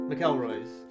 McElroy's